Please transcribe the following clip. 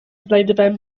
znajdywałem